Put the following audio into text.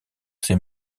ses